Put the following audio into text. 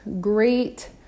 great